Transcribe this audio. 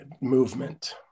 Movement